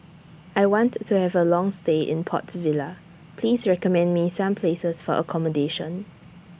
I want to Have A Long stay in Port Vila Please recommend Me Some Places For accommodation